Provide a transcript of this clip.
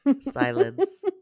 silence